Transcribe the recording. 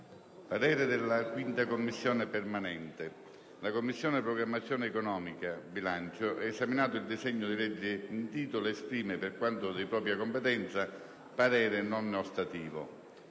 apre una nuova finestra"), *segretario*. «La Commissione programmazione economica, bilancio, esaminato il disegno di legge in titolo, esprime, per quanto di propria competenza, parere non ostativo».